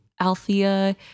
Althea